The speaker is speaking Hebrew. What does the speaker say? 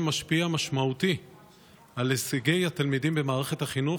משפיע משמעותי על הישגי התלמידים במערכת החינוך,